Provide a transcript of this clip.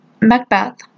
Macbeth